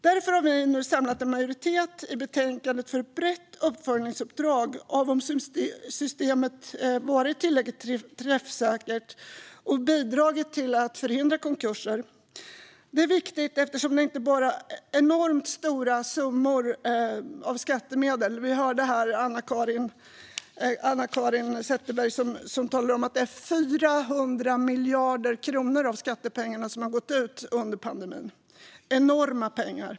Därför har vi nu samlat en majoritet i betänkandet för ett brett uppföljningsuppdrag av om systemet tillräckligt träffsäkert bidragit till att förhindra konkurser. Detta är viktigt inte bara eftersom det rör sig om stora summor skattemedel. Vi hörde Anna-Caren Sätherberg tala om att 400 miljarder kronor av skattepengarna gått ut under pandemin - enorma pengar.